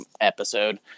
episode